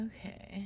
Okay